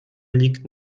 liegt